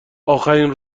اخرین